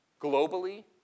globally